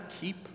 keep